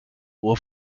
will